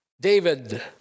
David